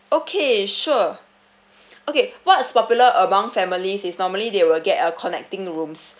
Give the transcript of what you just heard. okay sure okay what's popular among families is normally they will get a connecting rooms